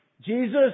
Jesus